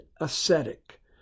ascetic